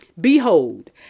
Behold